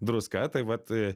druska tai vat